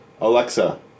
Alexa